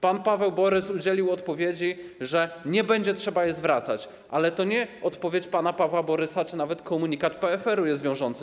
Pan Paweł Borys udzielił odpowiedzi, że nie będzie trzeba jej zwracać, ale to nie odpowiedź pana Pawła Borysa czy nawet komunikat PFR-u są wiążące.